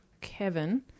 Kevin